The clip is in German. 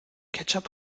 ketchup